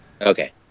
Okay